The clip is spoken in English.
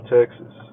Texas